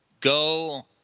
Go